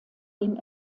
den